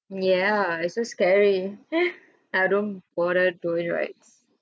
ya it's so scary I don't bother doing rides